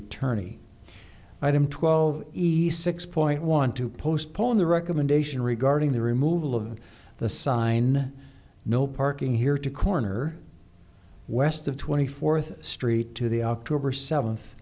attorney item twelve easy six point one to postpone the recommendation regarding the removal of the sign no parking here to corner west of twenty fourth street to the october seventh